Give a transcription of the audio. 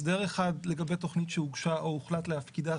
הסדר אחד לגבי תכנית שהוגשה או הוחלט להפקידה,